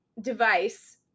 device